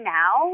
now